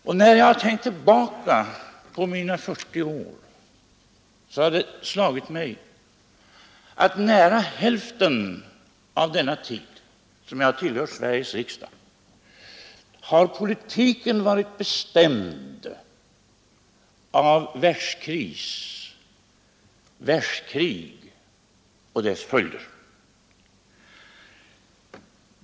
Och när jag har tänkt tillbaka på mina 40 år har det slagit mig att under nära hälften av denna tid, som jag har tillhört Sveriges riksdag, har politiken varit bestämd av världskris, världskrig och dess följder.